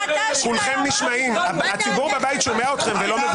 דעתה של היועצת המשפטית על מה שקורה,